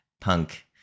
punk